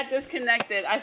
disconnected